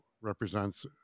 represents